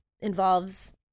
involves